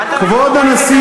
כבוד הנשיא